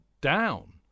down